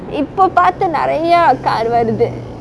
இப்ப பாத்து நெரையா:ippe paathu neraiyaa car வருது:varuthu